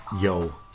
yo